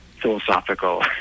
philosophical